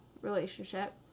relationship